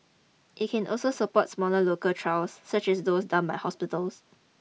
it can also support smaller local trials such as those done by hospitals